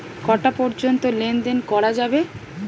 কটা পর্যন্ত লেন দেন করা যাবে?